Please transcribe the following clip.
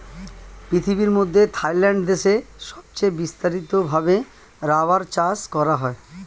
পৃথিবীর মধ্যে থাইল্যান্ড দেশে সবচে বিস্তারিত ভাবে রাবার চাষ করা হয়